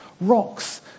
Rocks